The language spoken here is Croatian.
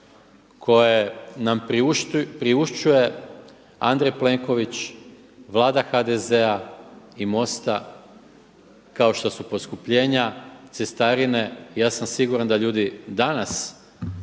koje nam priušćuje Andrej Plenković, Vlada HDZ-a i MOST-a kao što su poskupljenja cestarine. Ja sam siguran da ljudi danas